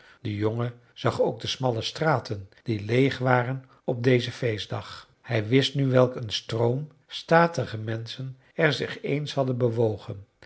de jongen zag ook de smalle straten die leeg waren op dezen feestdag hij wist nu welk een stroom statige menschen er zich eens hadden bewogen